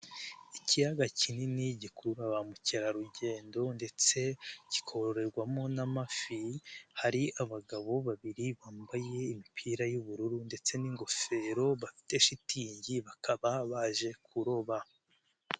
Ikiyaga kinini gikurura ba mukerarugendo ndetse kikororerwamo n'amafi, harimo abagabo babiri, bambaye imipira y'ubururu ndetse n'ingofero, bafite shitingi, bakaba baje kuroba.